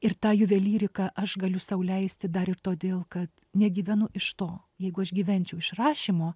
ir tą juvelyriką aš galiu sau leisti dar ir todėl kad negyvenu iš to jeigu aš gyvenčiau iš rašymo